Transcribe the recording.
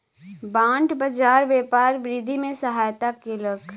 bond बाजार व्यापार वृद्धि में सहायता केलक